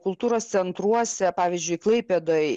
kultūros centruose pavyzdžiui klaipėdoj